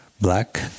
black